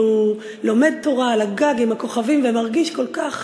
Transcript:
והוא לומד תורה על הגג עם הכוכבים ומרגיש כל כך